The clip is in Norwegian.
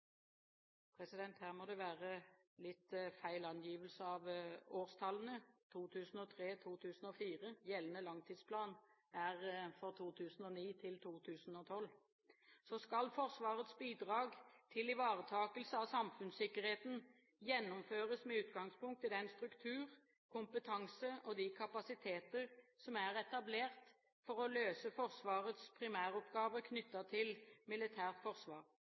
skal Forsvarets bidrag til ivaretakelse av samfunnssikkerheten gjennomføres med utgangspunkt i den struktur, kompetanse og de kapasiteter som er etablert for å løse Forsvarets primæroppgaver knyttet til militært forsvar.